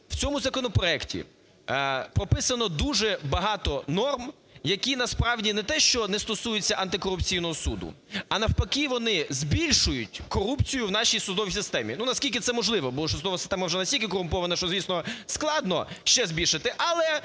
в цьому законопроекті прописано дуже багато норм, які, насправді, не те, що не стосуються антикорупційного суду, а навпаки, вони збільшують корупцію в нашій судовій системі. Ну, наскільки це можливо, бо судова система вже настільки корумпована, що, звісно, складно ще збільшити,